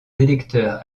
électeurs